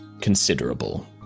considerable